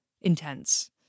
intense